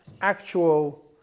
actual